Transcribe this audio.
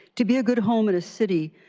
to be a good home in a city,